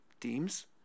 teams